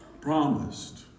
promised